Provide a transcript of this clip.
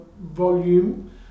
volume